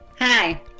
Hi